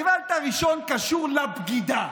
הגעוואלד הראשון קשור לבגידה,